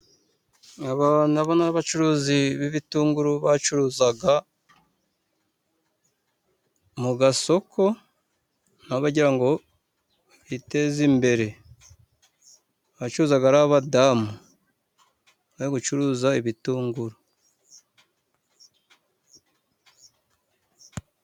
Aba na bo ni abacuruzi b'ibitunguru bacuruzagamo mu gasoko na bo bagira ngo biteze imbere, abacuzaga ari abadamu bari gucuruza ibitunguru.